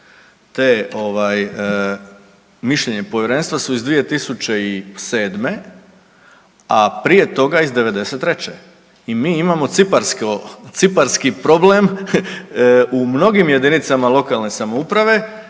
mišljenje i povjerenstva su iz 2007., a prije toga iz '93. i mi imamo ciparski problem u mnogim jedinicama lokalne samouprave,